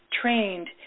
trained